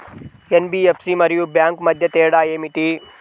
NBFC మరియు bank మధ్య తేడా ఏమిటీ?